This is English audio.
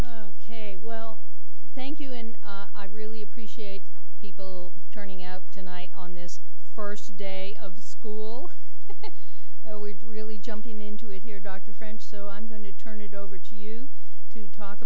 ok well thank you and i really appreciate people turning out tonight on this first day of school we do really jumping into it here dr french so i'm going to turn it over to you to talk